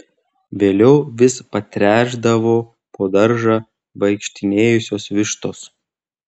vėliau vis patręšdavo po daržą vaikštinėjusios vištos